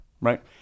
right